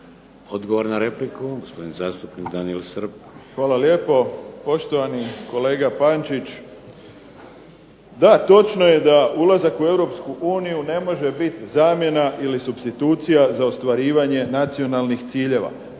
Odgovor na repliku zastupnik DAniel SRb. **Srb, Daniel (HSP)** Hvala lijepo. Poštovani kolega Pančić, da točno je da ulazak u Europsku uniju ne može biti zamjena ili supstitucija za ostvarivanje nacionalne ciljeva.